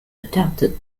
adapted